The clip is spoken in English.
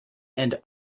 and